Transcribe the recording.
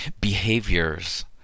behaviors